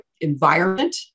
environment